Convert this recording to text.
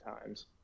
times